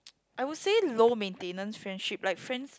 I would say low maintenance friendship like friends